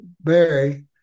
Barry